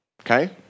Okay